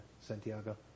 Santiago